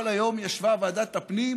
כל היום ישבה ועדת הפנים